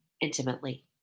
intimately